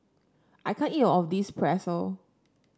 I can't eat all of this Pretzel